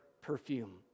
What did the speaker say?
perfume